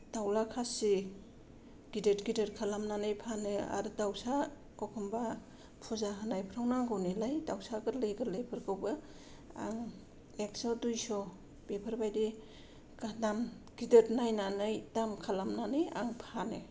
दाउला खासि गिदिर गिदिर खालामनानै फानो आरो दाउसा एखम्बा फुजा होनायफ्राव नांगौ नालाय दाउसा गोरलै गोरलैफोरखौबो आं एक्स' दुइस' बेफोरबायदि दाम गिदिर नायनानै दाम खालामनानै आं फानो